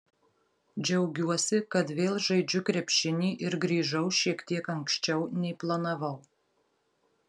džiaugiuosi kad vėl žaidžiu krepšinį ir grįžau šiek tiek anksčiau nei planavau